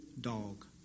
dog